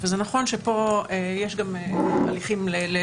אנחנו חושבים שלקריאה הראשונה אפשר לקדם את